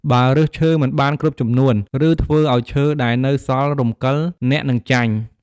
បើរើសឈើមិនបានគ្រប់ចំនួន ឬធ្វើឲ្យឈើដែលនៅសល់រំកិលអ្នកនឹងចាញ់។